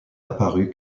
apparu